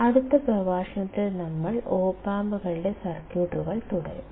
അടുത്ത പ്രഭാഷണത്തിൽ നമ്മൾ ഒപ് ആമ്പുകളുടെ സർക്യൂട്ടുകൾ തുടരും